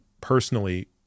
personally